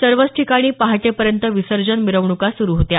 सर्वच ठिकाणी पहाटेपर्यंत विसर्जन मिरवणुका सुरू होत्या